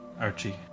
Archie